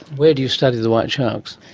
where do you study the white sharks?